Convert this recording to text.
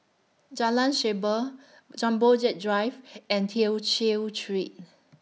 Jalan Shaer Jumbo Jet Drive and Tew Chew Street